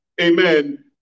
amen